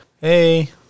Hey